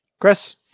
Chris